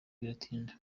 biratinda